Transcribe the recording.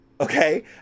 Okay